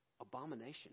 Abomination